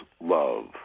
love